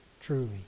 truly